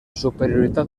superioritat